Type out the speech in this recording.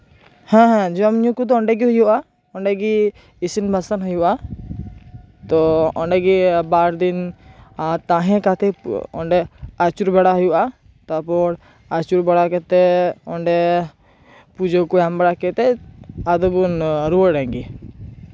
ᱦᱮᱸ ᱦᱮᱸ ᱡᱚᱢᱼᱧᱩ ᱠᱚᱫᱚ ᱚᱸᱰᱮ ᱜᱤ ᱦᱩᱭᱩᱜᱼᱟ ᱚᱸᱰᱮ ᱜᱤ ᱤᱥᱤᱱᱼᱵᱟᱥᱟᱝ ᱦᱩᱭᱩᱜᱼᱟ ᱛᱚ ᱚᱸᱰᱮ ᱜᱮ ᱵᱟᱨ ᱫᱤᱱ ᱛᱟᱦᱮᱸ ᱠᱟᱛᱮ ᱚᱸᱰᱮ ᱟᱹᱪᱩᱨ ᱵᱟᱲᱟ ᱦᱩᱭᱩᱜᱼᱟ ᱛᱟᱨᱯᱚᱨ ᱟᱪᱩᱨ ᱵᱟᱲᱟ ᱠᱟᱛᱮ ᱚᱸᱰᱮ ᱯᱩᱡᱟᱹ ᱠᱚ ᱮᱢ ᱵᱟᱲᱟ ᱠᱟᱛᱮᱜ ᱟᱫᱚ ᱵᱚᱱ ᱨᱩᱣᱟᱹᱲᱮᱱ ᱜᱮ